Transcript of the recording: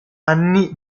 anni